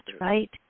right